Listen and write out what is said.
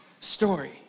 story